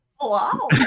Wow